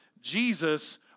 Jesus